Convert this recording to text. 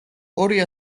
ორი